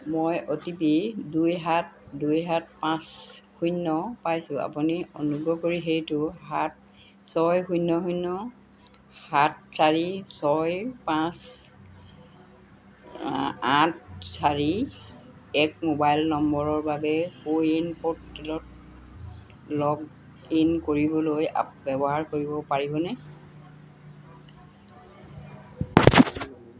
মই O T P দুই সাত দুই সাত পাঁচ শূন্য পাইছোঁ আপুনি অনুগ্ৰহ কৰি সেইটো সাত ছয় শূন্য শূন্য সাত চাৰি ছয় পাঁচ আঠ চাৰি এক মোবাইল নম্বৰৰ বাবে কো ৱিন প'ৰ্টেলত লগ ইন কৰিবলৈ ব্যৱহাৰ কৰিব পাৰিবনে